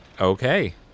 Okay